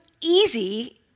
easy